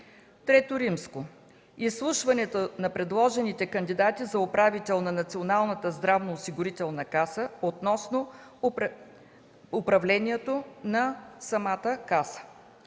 III. Изслушване на предложените кандидати за управител на Националната здравноосигурителна каса относно управлението на самата Каса.